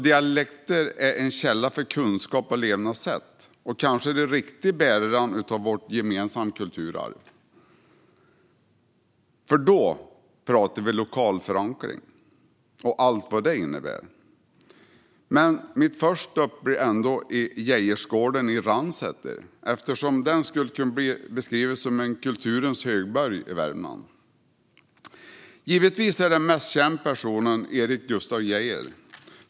Dialekter är en källa till kunskap om levnadssätt och är kanske de riktiga bärarna av vårt gemensamma kulturarv. Då pratar vi verkligen om lokal förankring och allt vad det innebär. Men mitt första stopp blir Geijersgården i Ransäter. Den skulle nämligen kunna beskrivas som en kulturens högborg i Värmland. Givetvis är den mest kände personen som bott där Erik Gustaf Geijer.